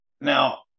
Now